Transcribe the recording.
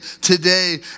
today